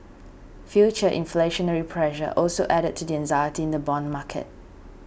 future inflationary pressure also added to the anxiety in the bond market